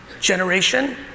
generation